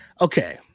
Okay